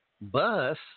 bus